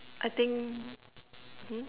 I think !huh!